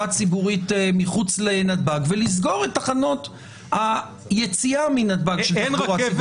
ציבורית מחוץ לנתב"ג ולסגור את תחנות היציאה מנתב"ג של תחבורה ציבורית.